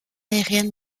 aérienne